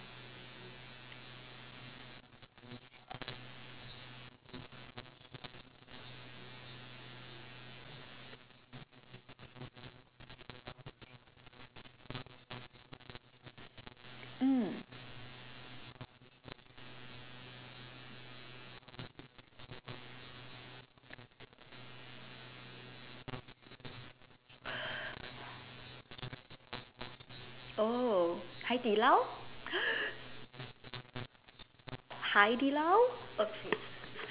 mm oh Hai-Di-Lao Hai-Di-Lao okay